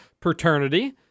Paternity